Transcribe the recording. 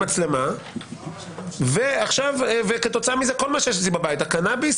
המצלמה וכתוצאה מזה כל מה שיש אצלי בבית הקנאביס,